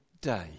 day